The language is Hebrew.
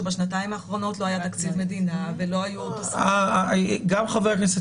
שבשנתיים האחרונות לא תקציב מדינה ולא היו תוספות --- גם חבר הכנסת